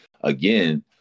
Again